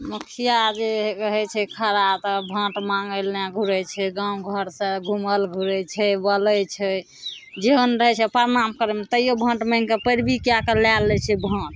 मुखिया जे रहै छै खड़ा तऽ भोट माँगने घुरै छै गाँव घर से घुमल घुरै छै बोलै छै जेहन रहै छै प्रणाम करैमे तैयो भोट मागि कऽ पैरबी कए कऽ लए लै छै भोट